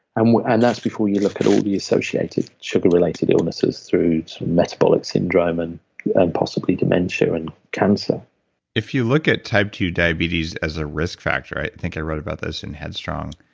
and and that's before you look at all the associated sugar related illnesses through to metabolic syndrome and possible dementia and cancer if you look at type ii diabetes as a risk factor, i think i wrote about this in headstrong,